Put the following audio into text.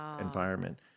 environment